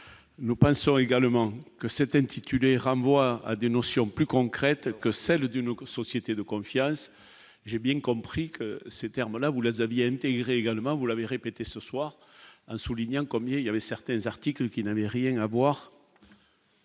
nous pensons également que cet intitulé rame, voire à des notions plus concrète que celle de nos société de confiance, j'ai bien compris que ces termes là où ASA viennent et irait également, vous l'avez répété ce soir, a souligné un comme il y avait certains articles qui n'avait rien à voir.